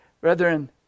Brethren